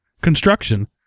construction